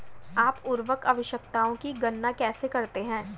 आप उर्वरक आवश्यकताओं की गणना कैसे करते हैं?